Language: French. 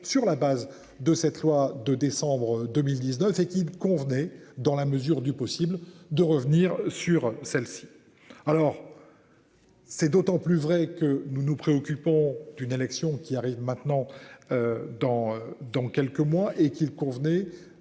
sur la base de cette loi de décembre 2019 et qu'il convenait dans la mesure du possible de revenir sur celle-ci alors. C'est d'autant plus vrai que nous nous préoccupons d'une élection qui arrive maintenant. Dans dans quelques mois et qu'il convenait